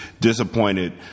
disappointed